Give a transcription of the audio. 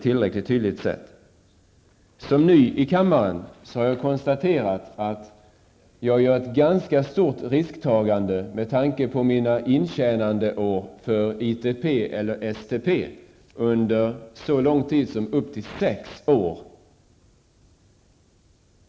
Som ny ledamot av denna kammare kan jag konstatera att mitt risktagande är ganska stort med tanke på mina intjänandeår i fråga om ITP eller STP under så lång tid som upp till sex år.